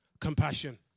compassion